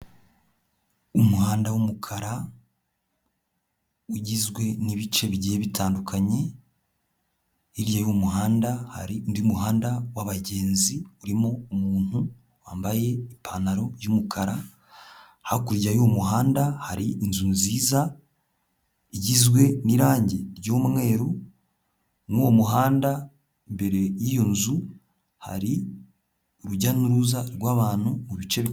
Umuhanda w'umukara ugizwe n'ibice bigiye bitandukanye, hirya y'umuhanda hari undi muhanda w'abagenzi urimo umuntu, wambaye ipantaro y'umukara, hakurya y'umuhanda hari inzu nziza igizwe n'irangi ry'umweru, muri uwo muhanda imbere y'iyo nzu hari urujya n'uruza rw'abantu mu bice.